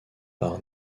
par